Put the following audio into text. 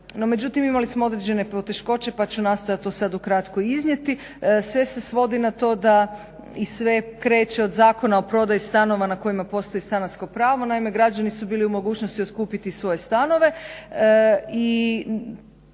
međutim, imali smo određene poteškoće pa ću nastojati to sad ukratko iznijeti. Sve se svodi na to da i sve kreće od Zakona o prodaji stanova na kojima postoji stanarsko pravo. Naime, građani su bili u mogućnosti otkupiti svoje stanove.